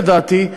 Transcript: לדעתי,